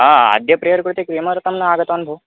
हा अद्य प्रेयर् कृते किमर्थं न आगतवान् भो